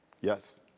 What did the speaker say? Yes